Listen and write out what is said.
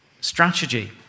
strategy